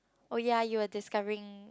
oh ya you were discovering